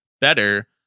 better